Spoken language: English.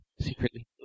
secretly